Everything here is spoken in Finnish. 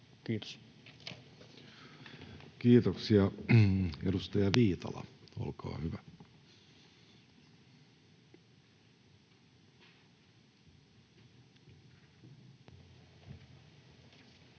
Kiitos. Kiitoksia. — Edustaja Viitala, olkaa hyvä. Arvoisa